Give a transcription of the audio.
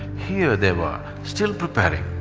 here they were, still preparing.